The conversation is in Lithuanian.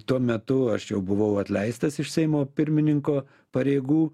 tuo metu aš jau buvau atleistas iš seimo pirmininko pareigų